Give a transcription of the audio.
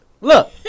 Look